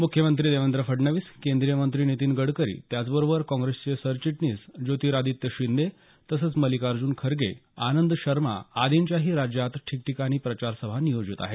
मुख्यमंत्री देवेंद्र फडणवीस केंद्रीयमंत्री नितीन गडकरी त्याच बरोबर काँप्रेसचे सरचिटणीस ज्योतिरादित्य शिंदे तसंच मल्लीकार्जून खरगे आनंद शर्मा आर्दीच्याही राज्यात ठिकठिकाणी प्रचारसभा नियोजित आहेत